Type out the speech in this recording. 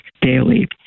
daily